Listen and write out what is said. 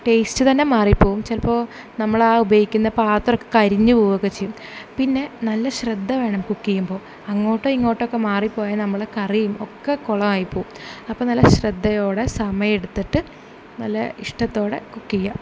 taste തന്നെ മാറി പോവും ചിലപ്പോൾ നമ്മളാ ഉപയോഗിക്കുന്ന പത്രമൊക്കെ കരിഞ്ഞ് പോവൊക്കെ ചെയ്യും പിന്നെ നല്ല ശ്രദ്ധ വേണം കുക്ക് ചെയ്യുമ്പോൾ അങ്ങോട്ടോ ഇങ്ങോട്ടോക്കെ മാറിപ്പോയാൽ നമ്മുടെ കറി ഒക്ക കൊളമായിപ്പോവും അപ്പം നല്ല ശ്രദ്ധയോടെ സമയമെടുത്തിട്ട് നല്ല ഇഷ്ടത്തോടെ കുക്ക് ചെയ്യുക